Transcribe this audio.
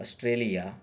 Australia